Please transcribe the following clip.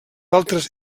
altres